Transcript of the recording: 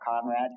Conrad